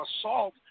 assault